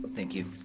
thank you.